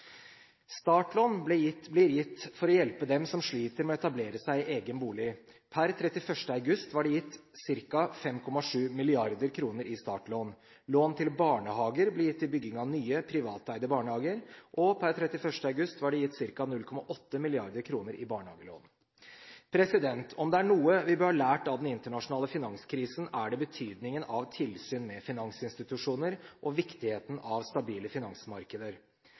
Startlån blir gitt for å hjelpe dem som sliter med å etablere seg i egen bolig. Per 31. august var det gitt ca. 5,7 mrd. kr i startlån. Lån til barnehager blir gitt til bygging av nye, privateide barnehager, og per 31. august var det gitt ca. 0,8 mrd. kr i barnehagelån. Om det er noe vi bør ha lært av den internasjonale finanskrisen, er det betydningen av tilsyn med finansinstitusjoner og viktigheten av stabile finansmarkeder.